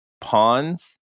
pawns